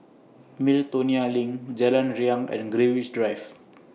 Miltonia LINK Jalan Riang and Greenwich Drive